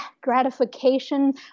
gratification